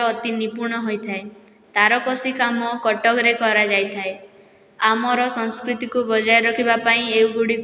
ଅତି ନିପୁଣ ହୋଇଥାଏ ତାରକସି କାମ କଟକରେ କରାଯାଇଥାଏ ଆମର ସଂସ୍କୃତିକୁ ବଜାୟ ରଖିବାପାଇଁ ଏଗୁଡ଼ିକ